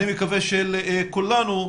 אני מקווה של כולנו.